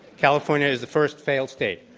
california is the first failed state.